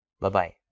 Bye-bye